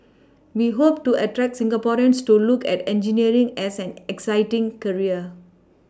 we hope to attract Singaporeans to look at engineering as an exciting career